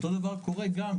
אותו דבר קורה גם,